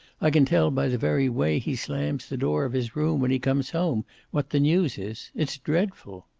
i can tell by the very way he slams the door of his room when he comes home what the news is. it's dreadful.